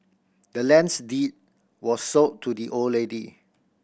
the land's deed was sold to the old lady